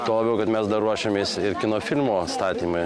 tuo labiau kad mes dar ruošiamės ir kino filmo statymui